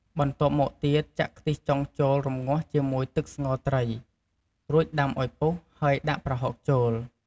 បន្ទាប់មកទៀតចាក់ទឹកខ្ទិះចុងចូលរម្ងាស់ជាមួយទឹកស្ងោរត្រី រួចដាំឱ្យពុះហើយដាក់ប្រហុកចូល។